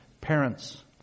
Parents